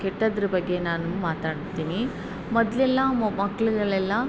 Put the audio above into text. ಕೆಟ್ಟದ್ರ ಬಗ್ಗೆ ನಾನು ಮಾತಾಡ್ತೀನಿ ಮೊದಲೆಲ್ಲ ಮಕ್ಳುಗಳೆಲ್ಲ